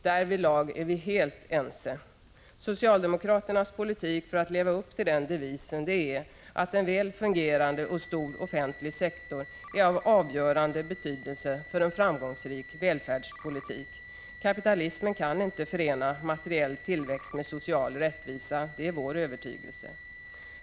Därvidlag är vi helt ense. Socialdemokraternas politik för att leva upp till den devisen är att en väl fungerande och stor offentlig sektor är av avgörande betydelse för en framgångsrik välfärdspolitik. Kapitalismen kan inte förena materiell tillväxt med social rättvisa, det är vår övertygelse.